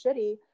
shitty